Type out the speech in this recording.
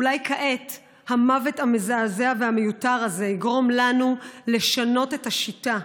אולי כעת המוות המזעזע והמיותר הזה יגרום לנו לשנות את השיטה.